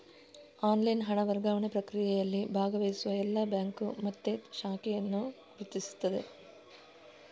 online ಹಣ ವರ್ಗಾವಣೆ ಪ್ರಕ್ರಿಯೆಯಲ್ಲಿ ಭಾಗವಹಿಸುವ ಎಲ್ಲಾ ಬ್ಯಾಂಕು ಮತ್ತೆ ಶಾಖೆಯನ್ನ ಗುರುತಿಸ್ತದೆ